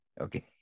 Okay